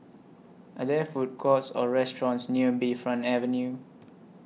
Are There Food Courts Or restaurants near Bayfront Avenue